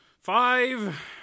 Five